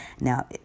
Now